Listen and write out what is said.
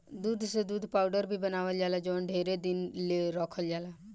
दूध से दूध पाउडर भी बनावल जाला जवन ढेरे दिन ले रखल जाला